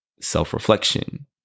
self-reflection